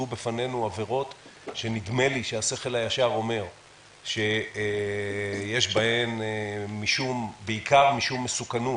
עבירות שנדמה לי שהשכל הישר אומר שיש בהן בעיקר משום מסוכנות.